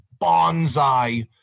bonsai